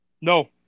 No